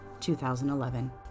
2011